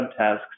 subtasks